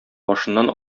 башыннан